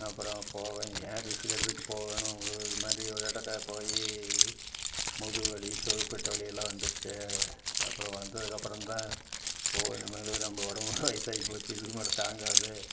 அப்புறம் போவேன் ஏன் ரிஸ்க்கு எடுத்துட்டு போகணும் இது மாதிரி ஒரு இடத்த போய் முதுகு வலி தோள்பட்டை வலி எல்லாம் வந்திருச்சு அப்புறம் வந்ததுக்கப்புறம் தான் ஓ இனிமேல் நம்ப உடம்புக்கு வயசாகி போச்சு இதுக்கு மேல தாங்காது